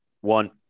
one